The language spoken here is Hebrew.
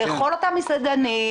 לכל אותם מסעדנים,